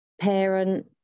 parent